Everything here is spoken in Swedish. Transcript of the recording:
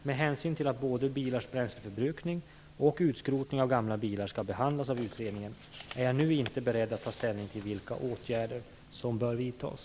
Med hänsyn till att både bilars bränsleförbrukning och utskrotning av gamla bilar skall behandlas av utredningen är jag nu inte beredd att ta ställning till vilka åtgärder som bör vidtas.